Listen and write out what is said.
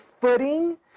footing